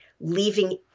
leaving